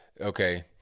Okay